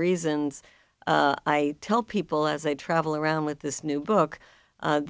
reasons i tell people as i travel around with this new book